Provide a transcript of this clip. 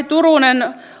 turunen